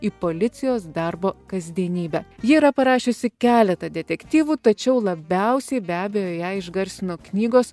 į policijos darbo kasdienybę ji yra parašiusi keletą detektyvų tačiau labiausiai be abejo ją išgarsino knygos